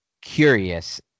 curious